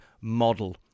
model